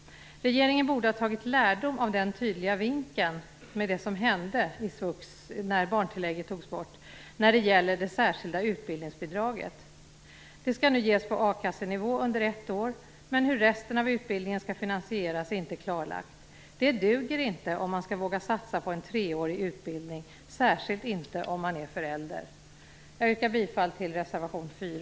Regeringen borde ha tagit lärdom av det som hände när barntillägget i svuxa togs bort. Det särskilda utbildningsbidraget skall nu ges på a-kassenivå på ett år, men hur resten av utbildningen skall finansieras är inte klarlagt. Det duger inte om man skall våga satsa på en treårig utbildning, särskilt inte om man är förälder.